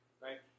right